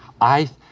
i